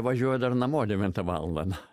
važiuoju dar namo devintą valandą